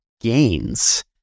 gains